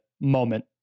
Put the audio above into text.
moment